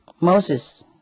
Moses